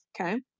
Okay